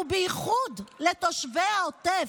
ובייחוד לתושבי העוטף,